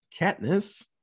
katniss